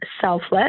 selfless